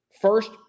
First